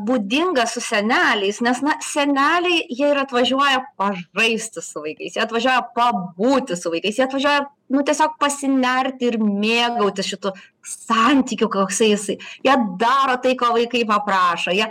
būdinga su seneliais nes na seneliai jie ir atvažiuoja pažaisti su vaikais jie atvažiuoja pabūti su vaikais jie atvažiuoja nu tiesiog pasinerti ir mėgautis šitu santykiu koksai jisai jie daro tai ko vaikai paprašo jie